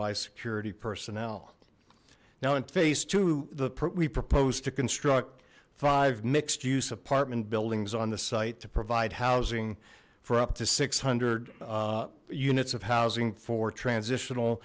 by security personnel now in phase two the pre proposed to construct five mixed use apartment buildings on the site to provide housing for up to six hundred units of housing for transitional